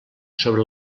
sobre